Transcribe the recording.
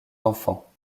enfants